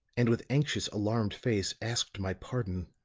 and with anxious, alarmed face, asked my pardon.